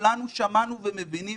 כולנו שמענו וכולנו מבינים